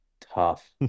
tough